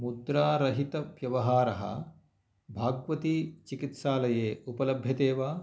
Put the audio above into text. मुद्रारहितव्यवहारः भाग्वती चिकित्सालये उपलभ्यते वा